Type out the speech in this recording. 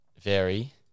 vary